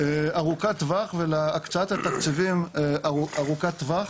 ארוכת טווח ולהקצאת התקציבים ארוכת טווח.